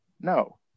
no